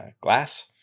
glass